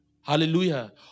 hallelujah